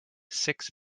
six